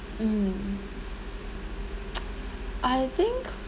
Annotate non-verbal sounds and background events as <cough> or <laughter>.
mm <noise> I think